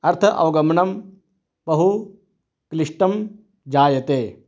अर्थ अवगमनं बहु क्लिष्टं जायते